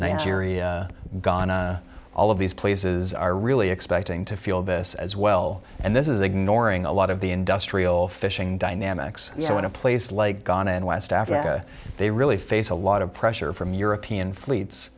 nigeria gonna all of these places are really expecting to feel this as well and this is ignoring a lot of the industrial fishing dynamics so when a place like gone in west africa they really face a lot of pressure from european fl